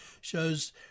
shows